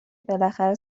بالاخره